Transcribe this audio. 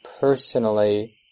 personally